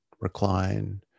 recline